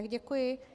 Děkuji.